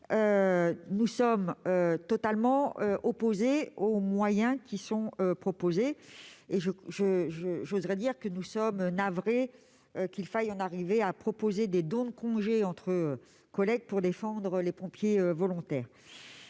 nous sommes totalement opposés aux moyens qui sont proposés à cette fin. Et nous sommes navrés qu'il faille en arriver à proposer des dons de congés entre collègues pour défendre les pompiers volontaires